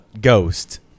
ghost